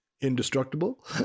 Indestructible